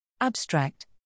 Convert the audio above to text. Abstract